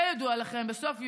כידוע לכם, בסוף יוני,